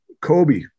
kobe